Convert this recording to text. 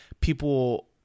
people